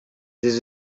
this